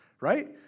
Right